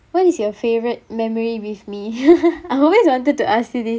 what is your favourite memory with me I always wanted to ask you this